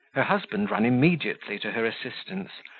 her husband ran immediately to her assistance,